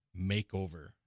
makeover